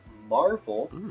Marvel